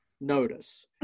notice